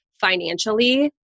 financially